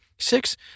Six